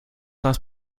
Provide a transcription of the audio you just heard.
das